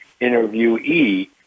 interviewee